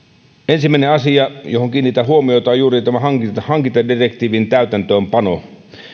ensimmäinen asia johon kiinnitän huomiota on juuri tämä hankintadirektiivin täytäntöönpano